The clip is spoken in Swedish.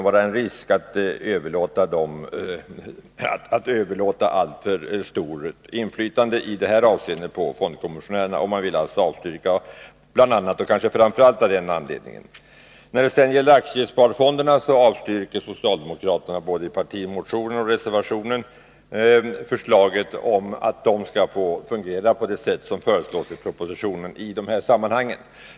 Om fondkommissionärerna i detta avseende får alltför stort inflytande kan det innebära vissa risker. Det är framför allt av den anledningen som förslaget avvisas. När det sedan gäller aktiesparfonderna, så avvisar socialdemokraterna både i partimotionen och i reservationen förslaget om att fonderna skall få fungera på det sätt som föreslås i propositionen. Herr talman!